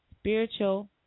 spiritual